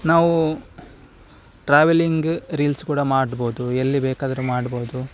ನಾವು travelling reels ಕೂಡ ಮಾಡ್ಬೋದು ಎಲ್ಲಿ ಬೇಕಾದ್ರೂ ಮಾಡ್ಬೋದು